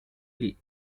lee